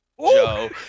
Joe